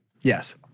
Yes